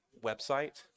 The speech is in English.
website